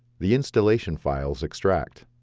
the installation files extract.